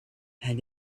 had